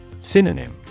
Synonym